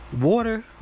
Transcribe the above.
water